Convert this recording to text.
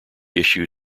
issue